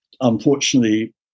unfortunately